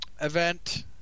event